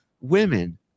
women